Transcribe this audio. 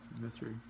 mystery